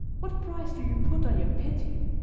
what price do you put on your pity?